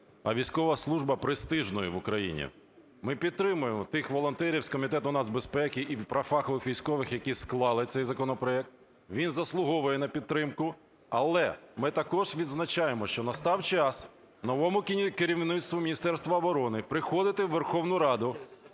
а військова служба престижною в Україні. Ми підтримуємо тих волонтерів з Комітету нацбезпеки і профахових військових, які склали цей законопроект, він заслуговую на підтримку. Але ми також відзначаємо, що настав час новому керівництву Міністерства оборони приходити у Верховну Раду,